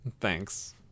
Thanks